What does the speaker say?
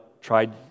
tried